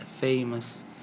famous